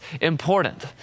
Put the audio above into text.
important